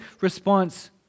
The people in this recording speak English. response